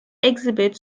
exhibit